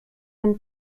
den